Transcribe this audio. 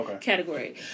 category